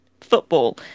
football